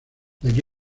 aquí